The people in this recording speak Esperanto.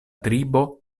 tribo